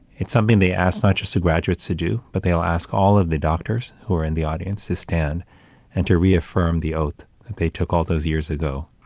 it's something they asked not just the graduates to do, but they will ask all of the doctors who are in the audience to stand and to reaffirm the oath that they took all those years ago,